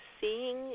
seeing